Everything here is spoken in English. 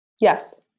Yes